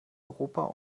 europa